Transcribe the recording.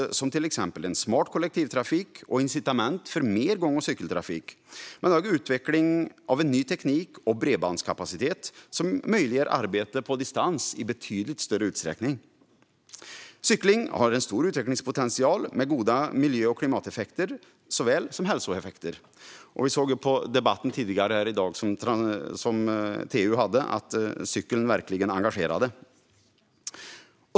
Det gäller till exempel smart kollektivtrafik och incitament för mer gång och cykeltrafik men också utveckling av ny teknik och bredbandskapacitet som möjliggör arbete på distans i betydligt större utsträckning. Cykling har stor utvecklingspotential med såväl goda miljö och klimateffekter som hälsoeffekter. I TU:s debatt här tidigare i dag kunde vi se att cykeln verkligen engagerar.